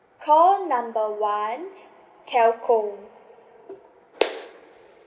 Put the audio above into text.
call number one telco